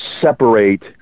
separate